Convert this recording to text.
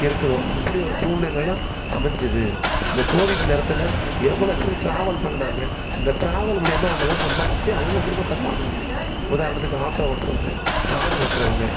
இருக்கிறோம் அப்படி ஒரு சூழ்நிலைலாம் அமைஞ்சிது அந்த கோவிட் நேரத்தில் எவ்வளோ பேர் ட்ராவல் பண்ணின்னாங்க அந்த ட்ராவல் மூலிமா அவங்கெல்லாம் சம்பாரித்து அவங்க குடும்பத்தை பார்க்கணும் உதாரணத்துக்கு ஆட்டோ ஓட்டுறவுங்க கார் ஓட்டுறவுங்க